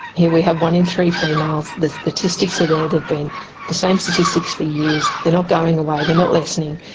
here we have one in three females, the statistics are there, they've been the same statistics for years, they're not going away, they're not lessening,